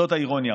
זאת האירוניה.